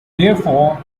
therefore